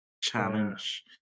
challenge